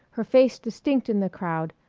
her face distinct in the crowd,